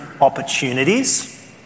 opportunities